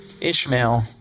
Ishmael